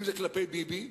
אם זה כלפי ביבי,